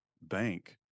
bank